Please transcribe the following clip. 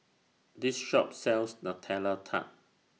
This Shop sells Nutella Tart